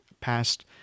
past